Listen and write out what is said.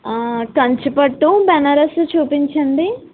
కంచుపట్టు బెనారస్సు చూపించండి